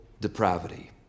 depravity